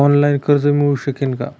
Online कर्ज मिळू शकेल का?